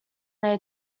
their